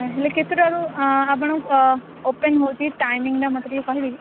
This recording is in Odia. ହେଲେ କେତେଟାରୁ ଆଁ ଆପଣଙ୍କ ଓପେନ୍ ହେଉଛି ଟାଇମିଙ୍ଗଟା ମୋତେ ଟିକିଏ କହିବେ କି